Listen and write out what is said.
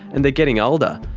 and they're getting older.